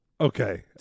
Okay